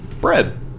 Bread